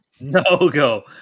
No-go